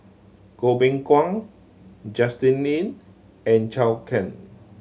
Goh Beng Kwan Justin Lean and Zhou Can